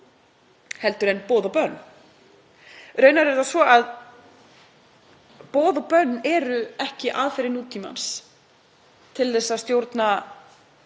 heldur en boð og bönn. Raunar er það svo að boð og bönn eru ekki aðferðir nútímans til að stjórna,